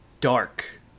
dark